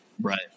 right